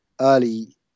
early